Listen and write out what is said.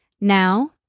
Now